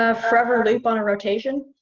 ah forever loop on a rotation?